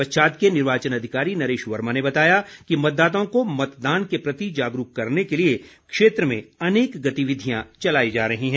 पच्छाद के निर्वाचन अधिकारी नरेश वर्मा ने बताया कि मतदाताओं को मतदान के प्रति जागरूक करने के लिए क्षेत्र में अनेक गतिविधियां चलाई जा रही हैं